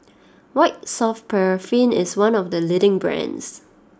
White Soft Paraffin is one of the leading brands